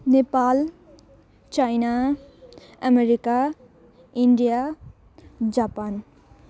Nepal China America India Japan